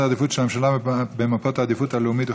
בנושא: סדר העדיפות של הממשלה במפות העדיפות הלאומית.